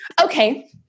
Okay